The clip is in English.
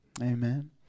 Amen